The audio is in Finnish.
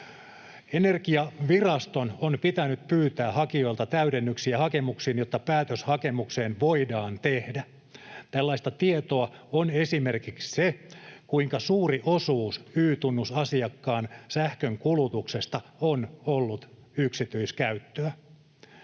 Energiaviraston on pitänyt pyytää hakijoilta täydennyksiä hakemuksiin, jotta päätös hakemukseen voidaan tehdä. Tällaista tietoa on esimerkiksi se, kuinka suuri osuus Y-tunnusasiakkaan sähkönkulutuksesta on ollut yksityiskäyttöä.